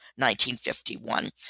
1951